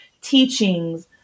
teachings